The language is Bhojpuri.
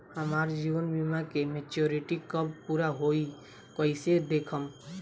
हमार जीवन बीमा के मेचीयोरिटी कब पूरा होई कईसे देखम्?